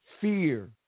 fear